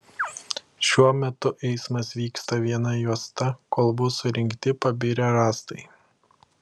šiuo metu eismas vyksta viena juosta kol bus surinkti pabirę rąstai